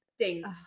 stinks